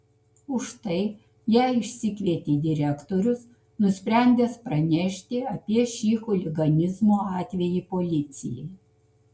už tai ją išsikvietė direktorius nusprendęs pranešti apie šį chuliganizmo atvejį policijai